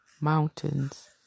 mountains